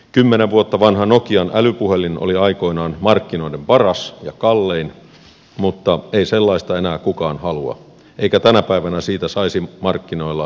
kymmenen vuotta vanha nokian älypuhelin oli aikoinaan markkinoiden paras ja kallein mutta ei sellaista enää kukaan halua eikä tänä päivänä siitä saisi markkinoilla euroakaan